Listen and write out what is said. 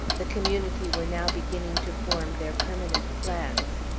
the community were now beginning to form their permanent plans.